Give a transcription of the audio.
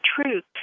truth